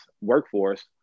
workforce